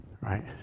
Right